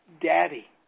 Daddy